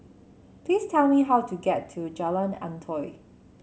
please tell me how to get to Jalan Antoi